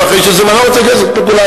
ואני לא רוצה להיכנס לספקולציה,